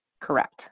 Correct